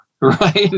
right